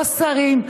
לא שרים.